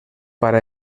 para